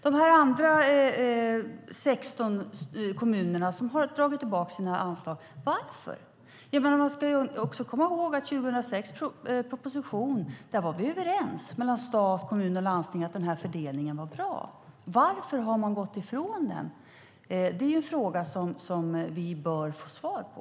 De andra 16 kommunerna som har dragit tillbaka sina anslag, varför har de gjort det? Vi ska komma ihåg att i propositionen 2006 var stat, kommuner och landsting överens om att denna fördelning var bra. Varför har man gått ifrån den? Det är en fråga som vi bör få svar på.